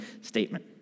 statement